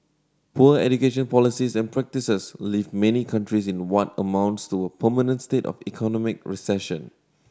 poor education policies and practices leave many countries in what amounts to a permanent state of economic recession